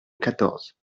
quatorze